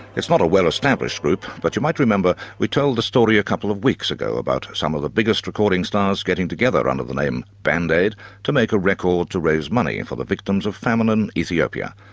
it's not a well-established group, but you might remember we told the story a couple of weeks ago about some of the biggest recording stars getting together under the name band aid to make a record to raise money and for the victims of famine in and ethiopia.